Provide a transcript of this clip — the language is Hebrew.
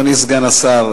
אדוני סגן השר,